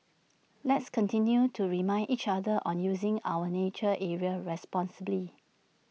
let's continue to remind each other on using our nature areas responsibly